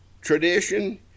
tradition